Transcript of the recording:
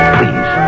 Please